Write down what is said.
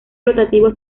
rotativo